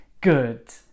good